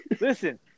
listen